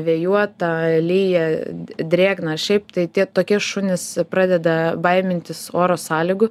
vėjuota lyja d drėgna šiaip tai tie tokie šunys pradeda baimintis oro sąlygų